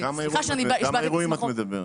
על כמה אירועים את מדברת?